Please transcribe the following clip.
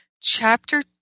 chapter